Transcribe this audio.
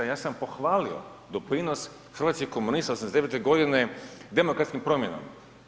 Ja sam pohvalio doprinos hrvatskih komunista '98. godine demokratskim promjenama.